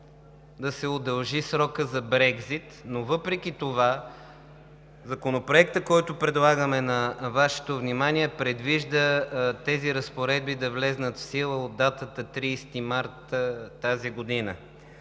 да се удължи срокът за Брекзит, но въпреки това Законопроектът, който предлагаме на Вашето внимание, предвижда тези разпоредби да влязат в сила от 30 март тази година.